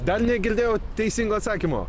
dar negirdėjau teisingo atsakymo